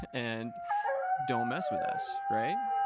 and don't mess with us, right?